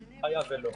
היה ולא,